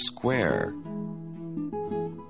square